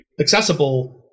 accessible